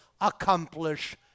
accomplish